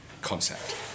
concept